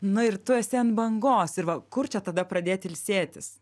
na ir tu esi ant bangos ir va kur čia tada pradėt ilsėtis